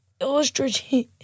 Illustration